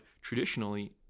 traditionally